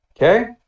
Okay